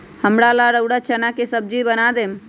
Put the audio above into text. हमरा ला रउरा चना के सब्जि बना देम